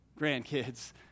grandkids